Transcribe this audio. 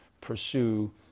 pursue